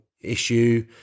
issue